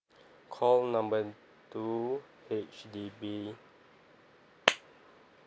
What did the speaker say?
call number two H_D_B